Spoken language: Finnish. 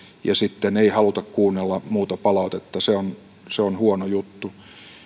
ja sitten ei haluta kuunnella muuta palautetta se on se on huono juttu